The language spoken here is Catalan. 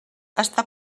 està